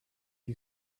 you